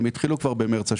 כבר במרץ השנה.